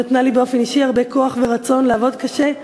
היא נתנה לי באופן אישי הרבה כוח ורצון לעבוד קשה,